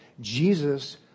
Jesus